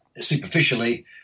superficially